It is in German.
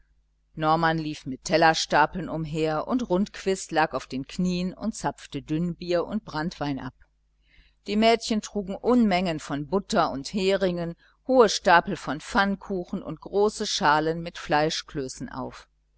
norman lief mit tellerstapeln umher und rundquist lag auf den knien und zapfte dünnbier und branntwein ab die mädchen trugen unmengen von butter und heringen hohe stapel von pfannkuchen und große schalen mit fleischklößen auf